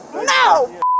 no